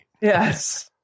Yes